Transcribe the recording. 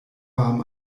warm